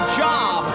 job